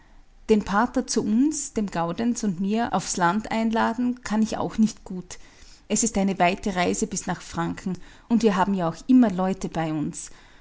den pater zu uns dem gaudenz und mir aufs land einladen kann ich auch nicht gut es ist eine weite reise bis nach franken und wir haben ja auch immer leute bei uns